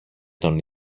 τον